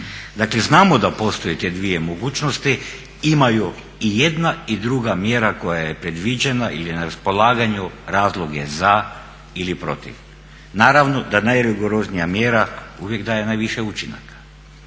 znamo da postoje te dvije mogućnosti, imaju i jedna i druga mjera koja je predviđena ili na raspolaganju razloge za ili protiv. Naravno da najrigoroznija mjera uvijek daje najviše učinaka.